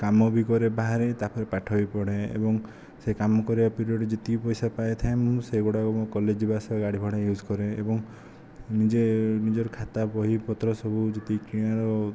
କାମ ବି କରେ ବାହାରେ ତା'ପରେ ପାଠ ବି ପଢ଼େ ଏବଂ ସେ କାମ କରିବା ପିରିଅଡ଼ରେ ଯେତିକି ପଇସା ପାଇଥାଏ ମୁଁ ସେହିଗୁଡ଼ାକ ମୁଁ କଲେଜ ଯିବା ଆସିବା ଗାଡ଼ି ଭଡ଼ା ୟୁଜ କରେ ଏବଂ ନିଜେ ନିଜର ଖାତା ବହି ପତ୍ର ସବୁ ଯେତିକି କିଣିବାର